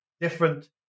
different